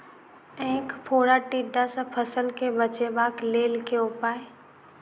ऐंख फोड़ा टिड्डा सँ फसल केँ बचेबाक लेल केँ उपाय?